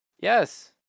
Yes